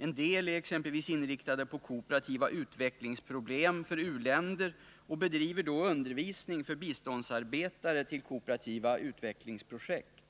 En del är exempelvis inriktade på kooperativa utvecklingsproblem för u-länder och bedriver då undervisning för biståndsarbetare till kooperativa utvecklingsprojekt.